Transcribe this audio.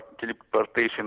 teleportation